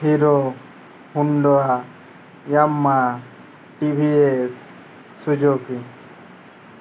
Hero Honda Yamaha TVS Suzuki